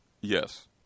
yes